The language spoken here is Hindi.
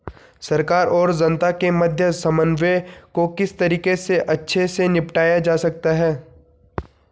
सरकार और जनता के मध्य समन्वय को किस तरीके से अच्छे से निपटाया जा सकता है?